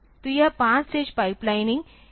तो यह 5 stage pipelining के बारे में है